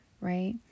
right